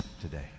today